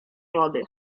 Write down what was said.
wody